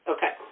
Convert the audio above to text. Okay